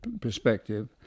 perspective